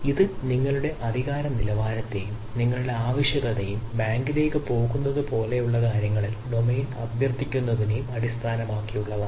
ഇത് നിങ്ങളുടെ അധികാര നിലവാരത്തെയും നിങ്ങളുടെ ആവശ്യകതയെയും ബാങ്കിലേക്ക് പോകുന്നത് പോലുള്ള കാര്യങ്ങളിൽ ഡൊമെയ്ൻ അഭ്യർത്ഥിക്കുന്നതിനെയും അടിസ്ഥാനമാക്കിയുള്ളതാണ്